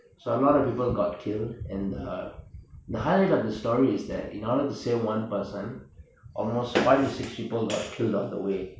so a lot of people got killed and err the highlight of the story is that in order to save one person almost five to six people got killed on the way